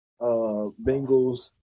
Bengals